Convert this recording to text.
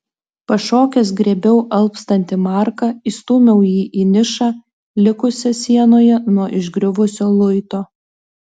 pašokęs griebiau alpstantį marką įstūmiau jį į nišą likusią sienoje nuo išgriuvusiu luito